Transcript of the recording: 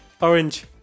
Orange